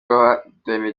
rw’abahatanira